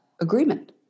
agreement